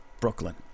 Brooklyn